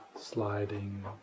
sliding